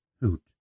hoot